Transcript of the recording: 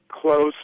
close